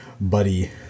buddy